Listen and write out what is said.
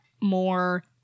more